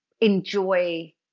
enjoy